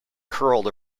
curled